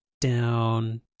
down